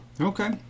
Okay